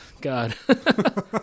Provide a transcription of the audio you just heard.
God